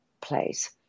place